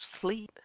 sleep